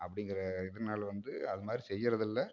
அப்படிங்கிற இதுனால் வந்து அது மாதிரி செய்கிறதில்ல